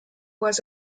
was